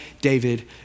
David